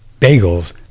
bagels